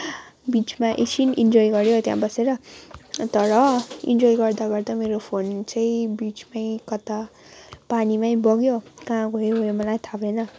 बिचमा एकछिन इन्जोय गऱ्यो त्यहाँ बसेर तर इन्जोय गर्दा गर्दै मेरो फोन चाहिँ बिचमै कता पानीमै बग्यो कहाँ गयो गयो मलाई थाहा भएन